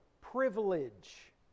privilege